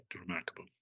remarkable